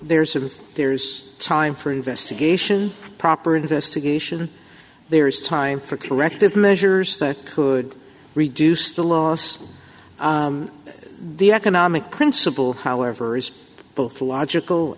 there's a there's a time for investigation proper investigation there is time for corrective measures that could reduce the loss the economic principle however is both logical